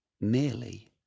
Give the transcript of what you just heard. merely